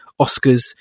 Oscars